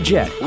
Jet